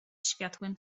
światłem